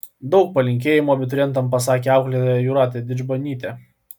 daug palinkėjimų abiturientams pasakė auklėtoja jūratė didžbanytė